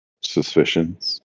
suspicions